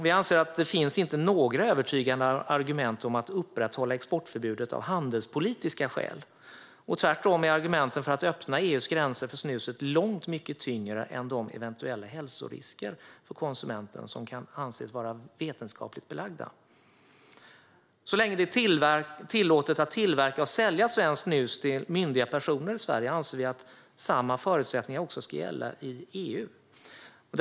Vi anser att det inte finns några övertygande argument om att upprätthålla exportförbudet av handelspolitiska skäl. Tvärtom är argumenten för att öppna EU:s gränser för snuset långt mycket tyngre än de eventuella hälsorisker för konsumenten som kan anses vara vetenskapligt belagda. Så länge det är tillåtet att tillverka och sälja svenskt snus till myndiga personer i Sverige anser vi att samma förutsättningar ska gälla i hela EU.